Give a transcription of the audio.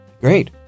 Great